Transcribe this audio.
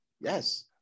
Yes